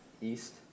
east